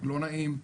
לא נעים,